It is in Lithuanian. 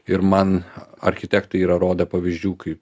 ir man architektai yra rodę pavyzdžių kaip